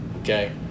Okay